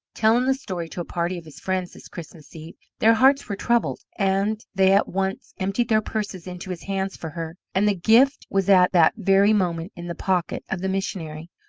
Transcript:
telling the story to a party of his friends this christmas eve, their hearts were troubled, and they at once emptied their purses into his hands for her. and the gift was at that very moment in the pocket of the missionary,